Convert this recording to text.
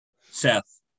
Seth